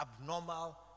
abnormal